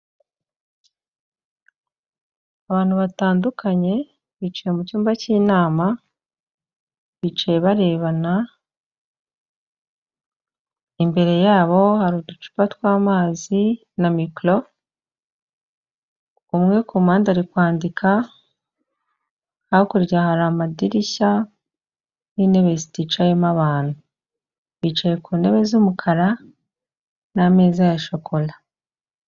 Abantu batandukanye bicaye mu cyumba cy'inama bicaye barebana, imbere yabo hari uducupa tw'amazi na mikoro, umwe ku mpande ari kwandika, hakurya hari amadirishya n'intebe ziticayemo abantu, bicaye ku ntebe z'umukara n'ameza ya shokora.